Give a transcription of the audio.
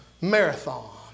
marathon